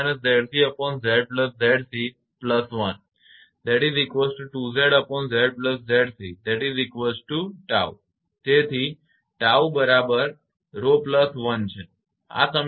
તેથી 𝜏𝜌1 આ સમીકરણ